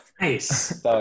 nice